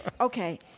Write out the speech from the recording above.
Okay